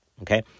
Okay